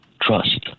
trust